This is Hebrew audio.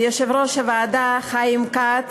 ליושב-ראש הוועדה חיים כץ,